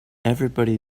everybody